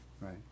right